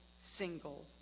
single